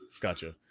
Gotcha